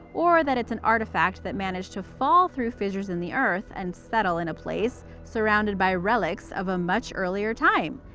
or that it's an artefact that managed to fall through fissures in the earth and settle in a place, surrounded by relics of a much earlier time.